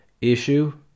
issue